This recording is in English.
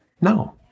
No